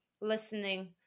listening